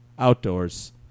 Outdoors